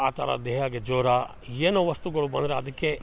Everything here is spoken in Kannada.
ಆ ಥರ ದೇಹಕ್ಕೆ ಜ್ವರ ಏನೋ ವಸ್ತುಗಳು ಬಂದ್ರೆ ಅದಕ್ಕೆ